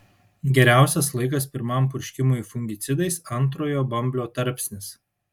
geriausias laikas pirmam purškimui fungicidais antrojo bamblio tarpsnis